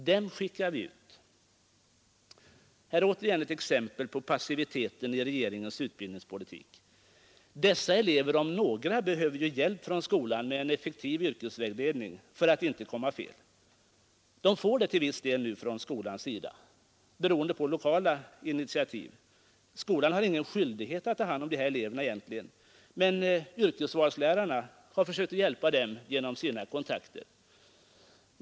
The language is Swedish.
Dessa skickar vi alltså direkt ut i arbetslivet. Det är återigen ett exempel på regeringens passivitet i utbildningspolitiken. Dessa elever om några behöver hjälp från skolan med en effektiv yrkesvägledning för att inte komma fel. Till viss del får de numera detta från skolan beroende på lokala initiativ. Skolan har egentligen ingen skyldighet att ta hand om dem som lämnar skolan efter 9:an, men yrkesvalslärarna har ofta försökt hjälpa dem genom sina personoch arbetsplatskontakter.